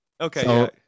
Okay